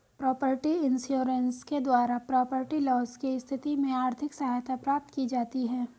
property insurance के द्वारा property loss की स्थिति में आर्थिक सहायता प्राप्त की जाती है